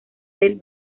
del